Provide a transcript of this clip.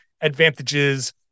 advantages